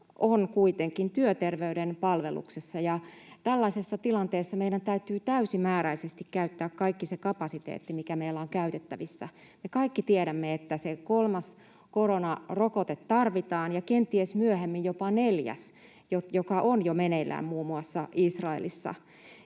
on kuitenkin työterveyden piirissä, ja tällaisessa tilanteessa meidän täytyy täysimääräisesti käyttää kaikki se kapasiteetti, mikä meillä on käytettävissä. Me kaikki tiedämme, että se kolmas koronarokote tarvitaan, ja kenties myöhemmin jopa neljäs, joka on jo meneillään muun muassa Israelissa.